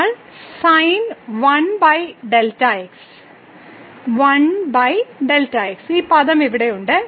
നമ്മൾക്ക് ഈ പദം ഇവിടെയുണ്ട്